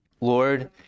Lord